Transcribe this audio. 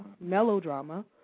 melodrama